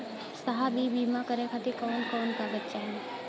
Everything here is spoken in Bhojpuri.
साहब इ बीमा करें खातिर कवन कवन कागज चाही?